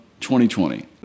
2020